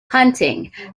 hunting